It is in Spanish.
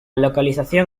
localización